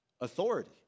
authority